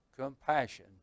compassion